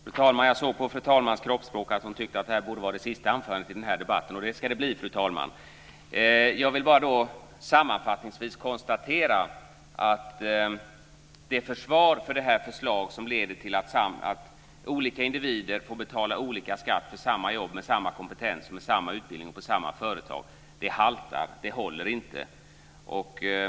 Fru talman! Jag såg på fru talmans kroppsspråk att hon tyckte att detta borde vara det sista anförandet i denna debatt, och det ska det bli. Jag vill bara sammanfattningsvis konstatera att försvaret för detta förslag, som leder till att olika individer med samma kompetens och samma utbildning får betala olika skatt för samma jobb på samma företag, haltar. Det håller inte.